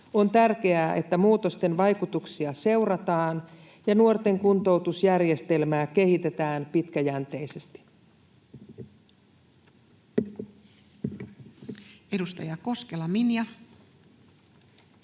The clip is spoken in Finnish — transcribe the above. On tärkeää, että muutosten vaikutuksia seurataan ja nuorten kuntoutusjärjestelmää kehitetään pitkäjänteisesti. [Speech 36]